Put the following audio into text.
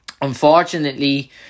unfortunately